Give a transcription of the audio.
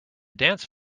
dance